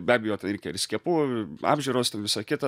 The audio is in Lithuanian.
be abejo ten reikia ir skiepų apžiūros ten visa kita